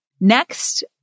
next